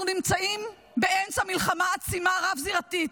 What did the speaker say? אנחנו נמצאים באמצע לחימה עצימה רב-זירתית.